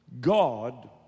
God